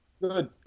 good